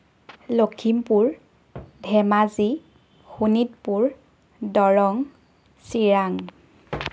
Lakhimpur Dhemaji Sonitpur Darrang Chirang